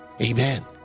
Amen